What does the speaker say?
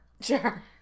Sure